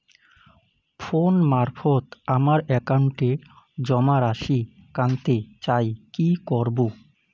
Phone মারফত আমার একাউন্টে জমা রাশি কান্তে চাই কি করবো?